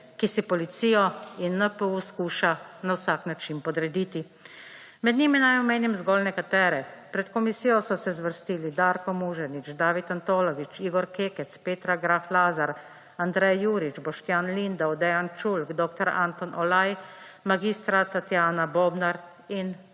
ki si policijo in NPU skuša na vsak način podrediti. Med njimi naj omenim zgolj nekatere. Pred komisijo so se zvrstili Darko Muženič, David Antolovič, Igor Kekec, Petra Grah Lazar, Andrej Jurič, Boštjan Lindav, Dejan Čulk, dr. Anton Olaj, mag. Tatjana Bobnar in